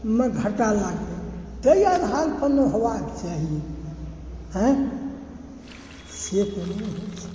घाटा लागि गेल तै आधार पर ने हेबाक चाही इएह तऽ नहि होइ छै